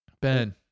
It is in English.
Ben